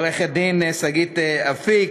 עורכת-דין שגית אפיק,